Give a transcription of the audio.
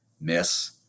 miss